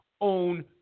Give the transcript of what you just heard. own